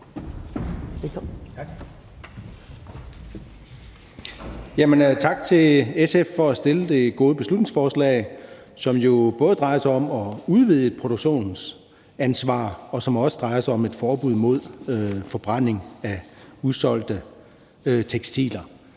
Tak til SF for at fremsætte det gode beslutningsforslag, som jo både drejer sig om et udvidet producentansvar, og som også drejer om et forbud mod forbrænding af usolgte tekstiler.